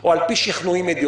או על פי שכנועים אידיאולוגיים,